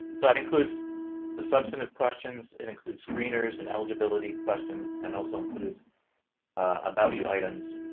that includes the substantive questions. it includes screeners, and eligibility questions, and also includes about you items,